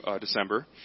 December